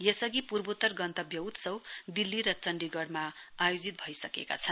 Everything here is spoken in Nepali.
यसअघि पूर्वोत्तर गन्तब्य उत्सव दिल्ली र चण्डीगढ़मा आयोजित भइसकेका छन्